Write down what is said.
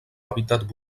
hàbitat